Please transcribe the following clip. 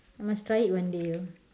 I must try it one day ah